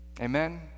Amen